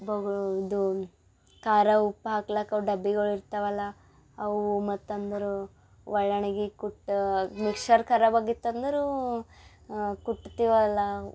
ಬೊಗುಣಿ ಇದು ಖಾರ ಉಪ್ಪು ಹಾಕ್ಲಾಕ್ಕ ಡಬ್ಬಿಗಳು ಇರ್ತಾವಲ್ಲ ಅವು ಮತ್ತು ಅಂದರೆ ಒಳ್ಳಣಗಿ ಕುಟ್ಟ ಮಿಕ್ಶರ್ ಖರಾಬ್ ಆಗಿತ್ತಂದರೂ ಕುಟ್ತೀವಲ್ಲ